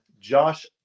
Josh